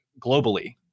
globally